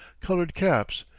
coloured caps,